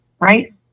right